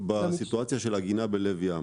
בסיטואציה של עגינה בלב ים.